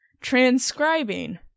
Transcribing